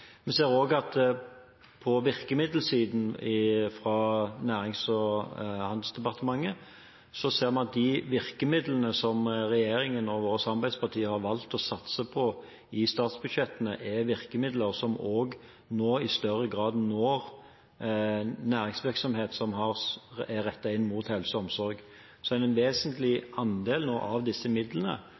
På virkemiddelsiden når det gjelder Nærings- og fiskeridepartementet, ser vi at de virkemidlene som regjeringen og våre samarbeidspartier har valgt å satse på i statsbudsjettene, er virkemidler som også nå i større grad når næringsvirksomhet som er rettet inn mot helse og omsorg. En vesentlig andel av midlene